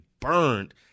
burned